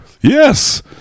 yes